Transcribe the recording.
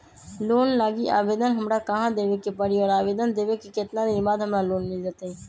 Loan लागी आवेदन हमरा कहां देवे के पड़ी और आवेदन देवे के केतना दिन बाद हमरा लोन मिल जतई?